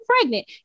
pregnant